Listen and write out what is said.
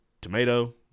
tomato